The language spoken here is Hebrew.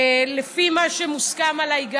לפי מה שמוסכם גם עליי,